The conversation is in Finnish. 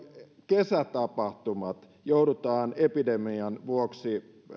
kesätapahtumat joudutaan epidemian vuoksi